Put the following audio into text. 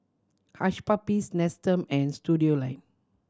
Hush Puppies Nestum and Studioline